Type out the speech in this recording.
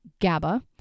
GABA